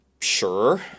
sure